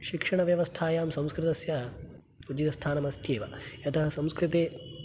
शिक्षणव्यवस्थायां संस्कृतस्य उचितस्थानमस्ति एव